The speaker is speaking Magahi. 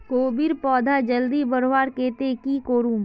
कोबीर पौधा जल्दी बढ़वार केते की करूम?